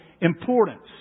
importance